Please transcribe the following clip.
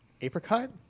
Apricot